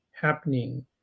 happening